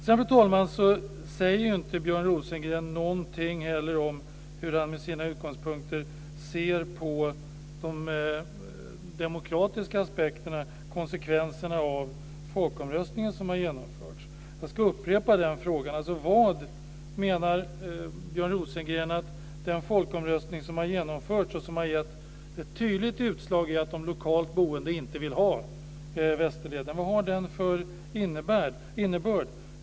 Sedan, fru talman, säger inte Björn Rosengren någonting om hur han med sina utgångspunkter ser på de demokratiska aspekterna, dvs. konsekvenserna av den folkomröstning som har genomförts. Jag ska upprepa den frågan: Den folkomröstning som har genomförts och som har givit ett tydligt utslag om att de lokalt boende inte vill ha Västerleden; vad menar Björn Rosengren att den har för innebörd?